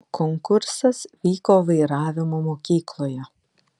konkursas vyko vairavimo mokykloje